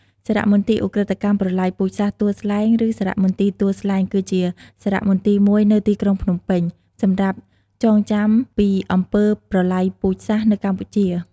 សារមន្ទីរឧក្រិដ្ឋកម្មប្រល័យពូជសាសន៍ទួលស្លែង ឬសារមន្ទីរទួលស្លែង គឺជាសារមន្ទីរមួយនៅទីក្រុងភ្នំពេញ សម្រាប់ចងចាំពីអំពើប្រល័យពូជសាសន៏នៅកម្ពុជា។